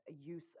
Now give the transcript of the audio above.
use